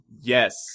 yes